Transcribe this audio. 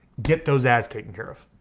get those ads taken care of,